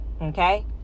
okay